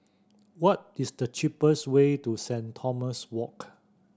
what is the cheapest way to Saint Thomas Walk